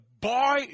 boy